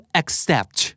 accept